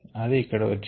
అది ఇక్కడ ఇచ్చినది